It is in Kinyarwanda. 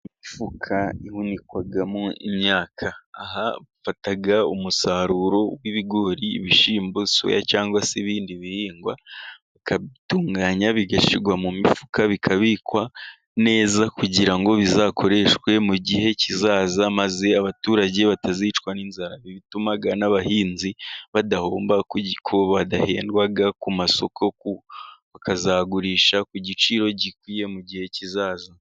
Imifuka ihunikwamo imyaka, aha bafata umusaruro w'ibigori, ibishyimbo, soya cyangwa se ibindi bihingwa, bakabitunganya bigashyirwa mu mifuka, bikabikwa neza kugira ngo bizakoreshwe mu gihe kizaza, maze abaturage batazicwa n'inzara bituma n'abahinzi badahomba kuko badahendwa ku masoko ku bakazagurisha ku giciro gikwiye mu gihe kizaza.